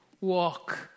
walk